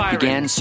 began